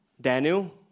Daniel